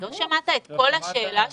לא שמעת את כל השאלה שלי?